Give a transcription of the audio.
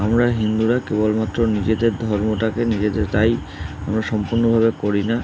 আমরা হিন্দুরা কেবলমাত্র নিজেদের ধর্মটাকে নিজেদের তাই আমরা সম্পূর্ণভাবে করি না